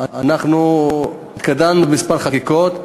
אנחנו התקדמנו בכמה חקיקות,